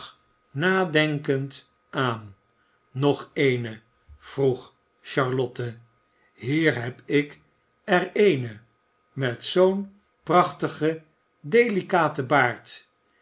nadenkend aan nog eene vroeg charlotte hier heb ik er eene met zoo'n prachtigen delicaten baard